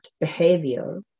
behavior